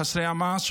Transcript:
חסרי המעש,